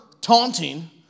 taunting